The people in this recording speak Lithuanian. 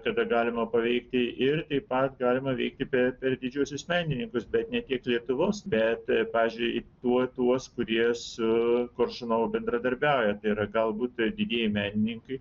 tada galima paveikti ir taip pat galima veikti per per didžiuosius menininkus bet ne tiek lietuvos bet pavyzdžiui tuo tuos kurie su koršunovu bendradarbiauja tai yra galbūt didieji menininkai